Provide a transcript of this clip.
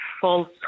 false